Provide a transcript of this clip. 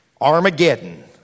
Armageddon